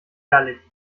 gallig